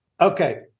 Okay